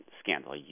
scandal